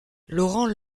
laurent